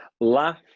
Laugh